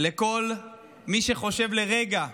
לכל מי שחושב לרגע,